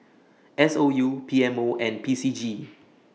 S O U P M O and P C G